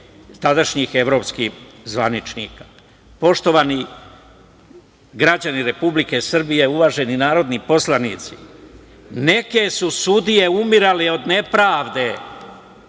tadašnjih evropskih zvaničnika. Poštovani građani Republike Srbije, uvaženi narodni poslanici, neke su sudije umirale od nepravde